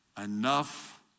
enough